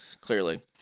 Clearly